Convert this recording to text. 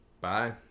bye